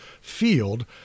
field –